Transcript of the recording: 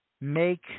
make